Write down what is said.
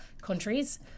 countries